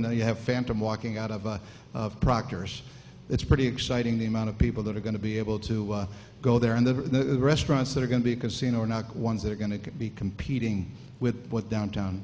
the you have phantom walking out of of proctor's it's pretty exciting the amount of people that are going to be able to go there and the restaurants that are going to be a casino are not ones that are going to be competing with what downtown